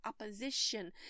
opposition